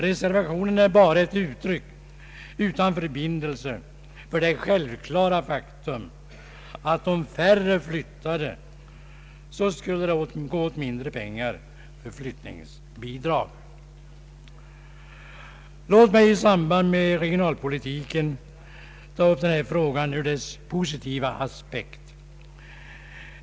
Reservationen är bara ett uttryck utan förbindelse för det självklara faktum att om färre flyttade skulle det gå åt mindre pengar för flyttningsbidrag. Låt mig i samband med regionalpolitiken ta upp denna fråga ur dess po Ang sitiva aspekt.